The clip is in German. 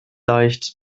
leicht